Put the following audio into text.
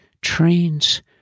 trains